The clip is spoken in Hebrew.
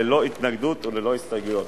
ללא התנגדויות וללא הסתייגויות.